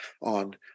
on